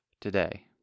today